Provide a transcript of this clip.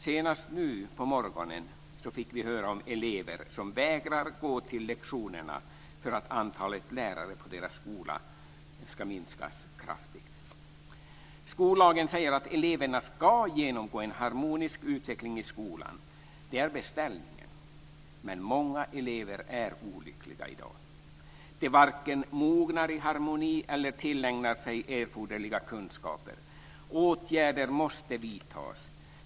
Senast nu på morgonen fick vi höra om elever som vägrar gå till lektionerna därför att antalet lärare på deras skola kraftigt ska minskas. Skollagen säger att eleverna ska genomgå en harmonisk utveckling i skolan. Det är beställningen, men många elever är olyckliga i dag. De varken mognar i harmoni eller tillägnar sig erforderliga kunskaper. Åtgärder måste vidtas.